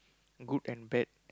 good and bad